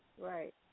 Right